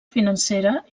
financera